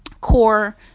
core